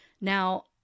Now